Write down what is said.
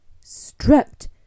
stripped